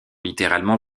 littéralement